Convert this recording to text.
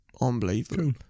unbelievable